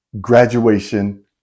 graduation